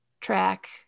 track